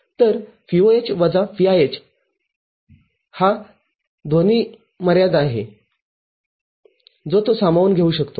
तर VOH वजा VIH हा ध्वनी ध्वनीची मर्यादा आहे जो तो सामावून घेऊ शकतो